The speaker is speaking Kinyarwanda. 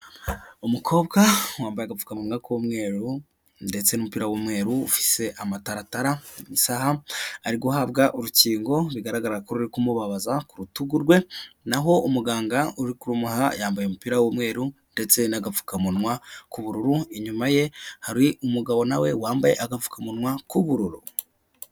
Umukobwa wambaye agapfukamunwa k'umweru ndetse n'umupira w'umweru ufise amataratara, isaha ari guhabwa urukingo bigaragara ko ruri kumubabaza ku rutugu rwe naho umuganga urimuha yambaye umupira w'umweru ndetse n'agapfukamunwa k'ubururu, inyuma ye hari umugabo nawe wambaye agapfukamunwa k'ubururu.